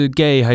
gay